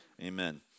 amen